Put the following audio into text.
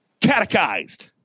Catechized